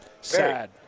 sad